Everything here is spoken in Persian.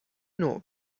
نوع